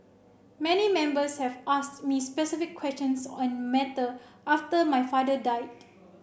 many Members have asked me specific questions on matter after my father died